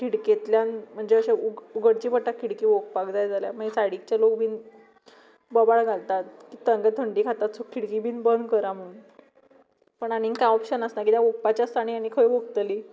खिडकेंतल्यान म्हणजे अशे उगडची पडटा खिडकी ओंकपाक जाय जाल्यार मागीर सायडीकचे लोक बी बोवाळ घालतात तांकां थंडी खाता म्हणून खिडकी बी बंद करा म्हणून पूण आनी कांय ऑप्शन आसना कित्याक ओंकपाचें आसता आनी आनी खंय ओंकतलीं